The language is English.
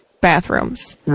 bathrooms